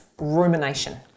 rumination